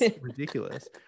ridiculous